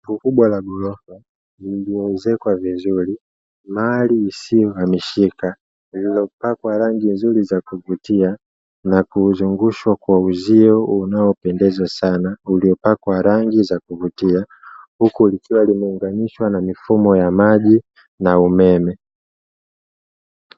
Ukubwa wa ghorofa liliozekwa vizuri, mali isiyohamishika lililopakwa rangi nzuri za kuvutia na kuzungushwa kwa uzio unaopendeza sana uliopakwa rangi za kuvutia huku likiwa limeunganishwa na mifumo ya maji na umeme.